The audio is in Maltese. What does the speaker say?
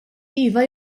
iva